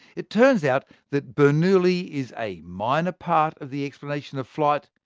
it turns out that bernoulli is a minor part of the explanation of flight,